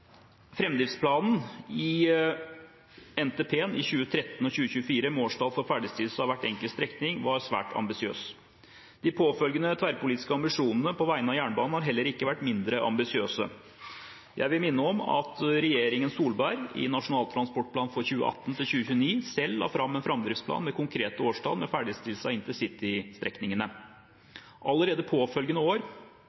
i NTP 2013–2024 – måltall for ferdigstillelse av hver enkelt strekning – var svært ambisiøs. De påfølgende tverrpolitiske ambisjonene på vegne av jernbanen har heller ikke vært mindre ambisiøse. Jeg vil minne om at regjeringen Solberg i Nasjonal transportplan 2018–2029 selv la fram en framdriftsplan med konkrete årstall med ferdigstillelse av intercitystrekningene.